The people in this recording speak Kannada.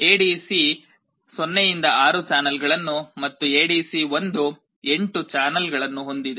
ಎಡಿಸಿ 0 6 ಚಾನೆಲ್ಗಳನ್ನು ಮತ್ತು ಎಡಿಸಿ 1 8 ಚಾನೆಲ್ಗಳನ್ನು ಹೊಂದಿದೆ